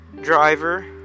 driver